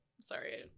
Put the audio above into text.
sorry